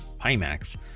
Pimax